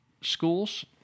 schools